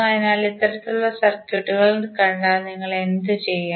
അതിനാൽ ഇത്തരത്തിലുള്ള സർക്യൂട്ടുകൾ കണ്ടാൽ നിങ്ങൾ എന്തു ചെയ്യും